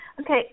Okay